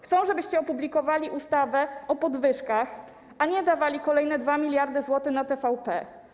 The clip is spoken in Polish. Chcą, żebyście opublikowali ustawę o podwyżkach, a nie dawali kolejne 2 mld zł na TVP.